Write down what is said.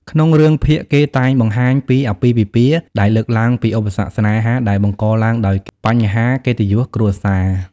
ក្នុងរឿងភាគ គេតែងបង្ហាញពី អាពាហ៍ពិពាហ៍ ដែលលើកឡើងពីឧបសគ្គស្នេហាដែលបង្កឡើងដោយបញ្ហាកិត្តិយសគ្រួសារ។